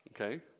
Okay